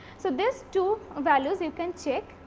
so, this two values you can check.